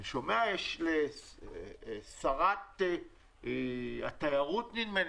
אני שומע שלשרת התיירות נדמה לי,